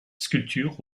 sculpture